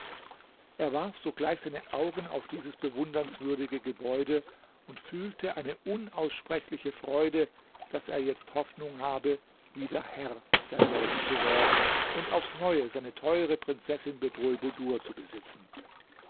er warf sogleich seine augen auf dieses bewundernswürdige gebäude und fühlte eine unaussprechliche freude daß er jetzt hoffnung habe wieder herr desselben zu werden und aufs neue seine teure prinzessin bedrulbudur zu besitzen